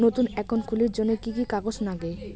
নতুন একাউন্ট খুলির জন্যে কি কি কাগজ নাগে?